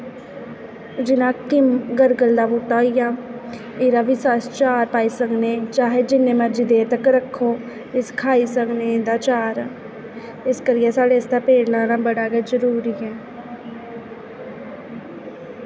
जियां किं गरगल दा बूहटा होई गेआ एह्दा बी अस चार पाई सकने चाहे जिन्ने मर्जी देर तकर रक्खो इस खाई सकने एह्दा चार इस करियै साढ़े आस्तै पेड़ लाना बड़ा गै जरूरी ऐ